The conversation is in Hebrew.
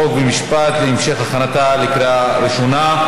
חוק ומשפט להמשך הכנתה לקריאה ראשונה.